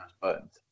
buttons